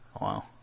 Wow